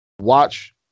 Watch